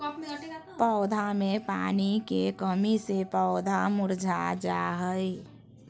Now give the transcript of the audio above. पौधा मे पानी के कमी से पौधा मुरझा जा हय